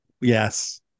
yes